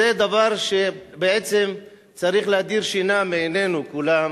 זה דבר שצריך להדיר שינה מעיני כולם,